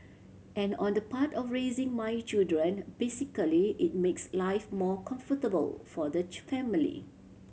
and on the part of raising my children basically it makes life more comfortable for the family